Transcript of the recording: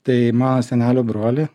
tai mano senelio brolį